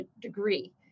degree